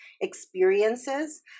experiences